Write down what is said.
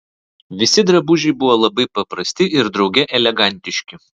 visi drabužiai buvo labai paprasti ir drauge elegantiški